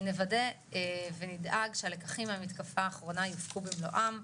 נוודא ונדאג שהלקחים מהמתקפה האחרונה יופקו במלואם,